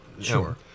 Sure